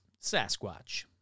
Sasquatch